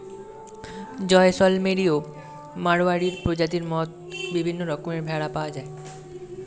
জয়সলমেরি ও মাড়োয়ারি প্রজাতির মত বিভিন্ন রকমের ভেড়া পাওয়া যায়